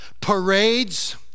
parades